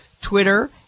Twitter